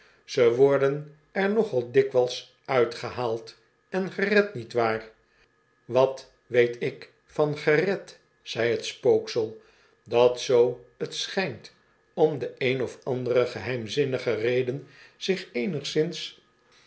ze worden er nogal dikwijls uitgehaald en gered niet waar wat weet ik van gered zei het spooksel dat zoo t schijnt om de een of andere geheimzinnige reden zich eenigszins